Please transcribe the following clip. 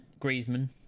Griezmann